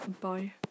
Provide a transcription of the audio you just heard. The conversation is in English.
Bye